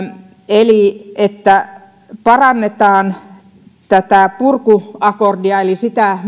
eli että parannetaan purkuakordia eli sitä määrää